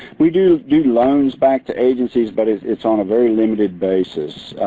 we do do loans back to agencies but it's it's on a very limited basis.